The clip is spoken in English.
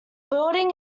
building